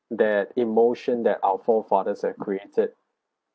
that emotion that our forefathers have created